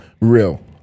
Real